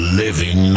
living